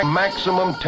maximum